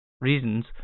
reasons